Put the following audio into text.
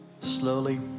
Slowly